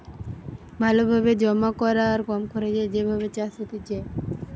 ভালো ভাবে জমা করা আর কম খরচে যে ভাবে চাষ হতিছে